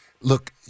look